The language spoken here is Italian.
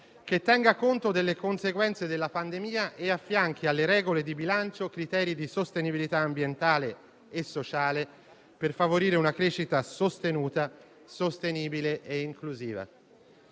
che tenga conto delle conseguenze della pandemia e affianchi alle regole di bilancio criteri di sostenibilità ambientale e sociale, per favorire una crescita sostenuta, sostenibile e inclusiva.